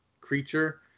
creature